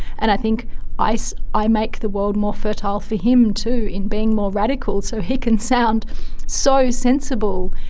and i think i so i make the world more fertile for him too in being more radical so he can sound so sensible.